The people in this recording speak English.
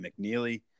McNeely